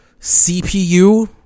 CPU